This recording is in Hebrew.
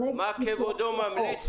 מה כבודו ממליץ?